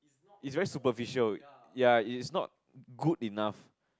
is very superficial ya is not good enough